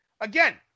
again